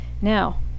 Now